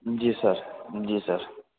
जी sir जी sir